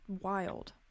wild